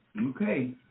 Okay